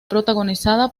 protagonizada